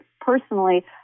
personally